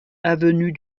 avenue